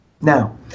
now